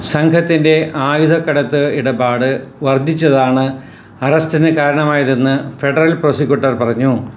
സംഘത്തിന്റെ ആയുധക്കടത്ത് ഇടപാട് വർധിച്ചതാണ് അറസ്റ്റിന് കാരണമായതെന്ന് ഫെഡറൽ പ്രോസിക്യൂട്ടർ പറഞ്ഞു